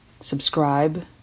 subscribe